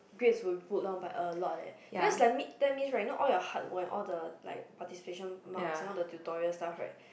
grade will good loh but a lot leh because like midterm mean like not all hard all the like participation mark all the tutorial stuff right